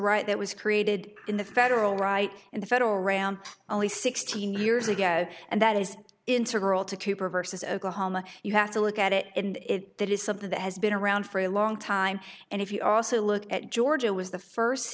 right that was created in the federal right and the federal ram only sixteen years ago and that is integral to cooper versus oklahoma you have to look at it and if that is something that has been around for a long time and if you also look at georgia was the first